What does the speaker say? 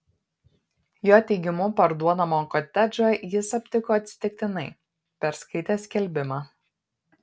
jo teigimu parduodamą kotedžą jis aptiko atsitiktinai perskaitęs skelbimą